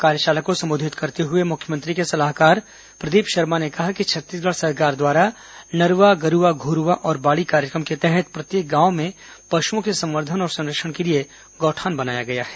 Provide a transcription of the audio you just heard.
कार्यशाला को संबोधित करते हुए मुख्यमंत्री के सलाहकार प्रदीप शर्मा ने कहा कि छत्तीसगढ़ सरकार द्वारा नरवा गरूवा घरूवा और बाड़ी कार्यक्रम के तहत प्रत्येक गांव में पशुओं के संवर्धन और संरक्षण के लिए गौठान बनाया गया है